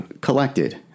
collected